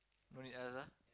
only us ah